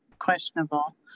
questionable